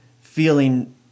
feeling